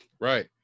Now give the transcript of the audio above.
Right